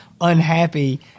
unhappy